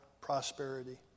prosperity